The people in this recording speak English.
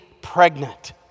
pregnant